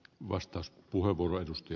arvoisa puhemies